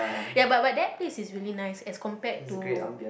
ya but but that place is really nice as compared to